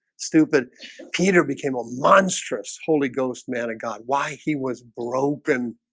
stupid peter became a monstrous. holy ghost man of god why he was broken?